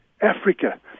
Africa